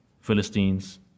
Philistines